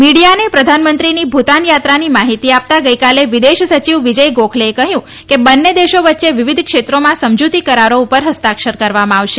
મીડીયાને પ્રધાનમંત્રીની ભુતાન યાત્રાની માહિતી આપતા ગઈકાલે વિદેશ સચિવ વિજય ગોખલેએ કહયું કે બંને દેશો વચ્ચે વિવિધ ક્ષેત્રોમાં સમજુતી કરારો પર હસ્તાક્ષર કરવામાં આવશે